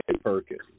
Perkins